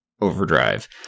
Overdrive